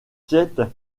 piet